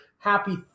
Happy